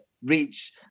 reach